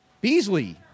Beasley